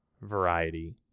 variety